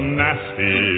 nasty